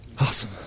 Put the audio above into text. Awesome